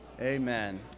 Amen